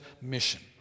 mission